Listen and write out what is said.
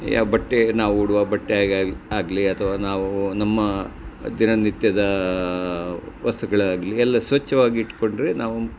ಯಾವ ಬಟ್ಟೆ ನಾವು ಉಡುವ ಬಟ್ಟೆಯೋ ಆಗಲಿ ಅಥವಾ ನಾವು ನಮ್ಮ ದಿನನಿತ್ಯದ ವಸ್ತುಗಳೇ ಆಗಲಿ ಎಲ್ಲ ಸ್ವಚ್ಛವಾಗಿಟ್ಕೊಂಡರೆ ನಾವು